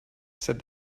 said